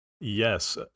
Yes